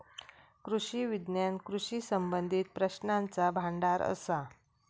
कृषी विज्ञान कृषी संबंधीत प्रश्नांचा भांडार असा